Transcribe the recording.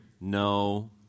No